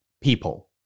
People